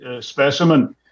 specimen